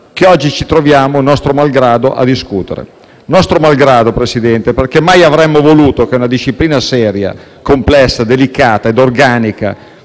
che oggi ci troviamo, nostro malgrado, a discutere. Dico nostro malgrado, Presidente, perché mai avremmo voluto che una disciplina seria, complessa delicata ed organica